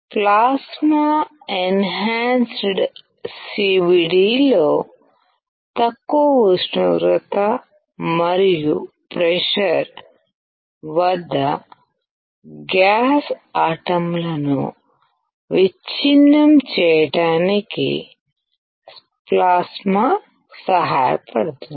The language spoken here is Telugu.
plasma enhanced CVD లో తక్కువ ఉష్ణోగ్రత మరియు ప్రెషర్ వద్ద గ్యాస్ ఆటంలను విచ్ఛిన్నం చేయడానికి ప్లాస్మా సహాయ పడుతుంది